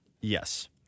Yes